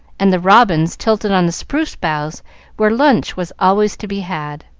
and the robins tilted on the spruce boughs where lunch was always to be had.